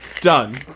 done